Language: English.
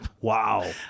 Wow